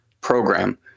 program